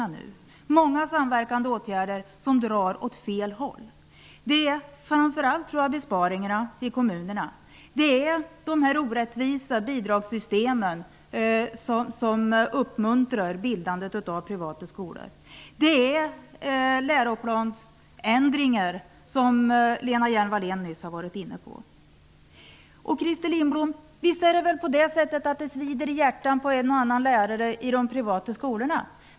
Det är många samverkande åtgärder som drar åt fel håll. Det är framför allt besparingarna i kommunerna. Det är de orättvisa bidragssystemen som uppmuntrar bildandet av privata skolor. Det är fråga om de ändringar i läroplanerna som Lena Hjelm-Wallén nyss nämnde. Visst är det väl så, Christer Lindblom, att det svider i hjärtat på en och annan lärare i de privata skolorna.